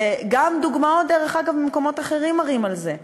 וגם דוגמאות, דרך אגב, ממקומות אחרים מראות את זה.